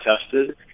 tested